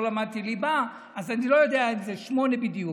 למדתי ליבה אז אני לא יודע אם זה שמונה בדיוק,